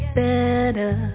better